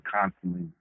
constantly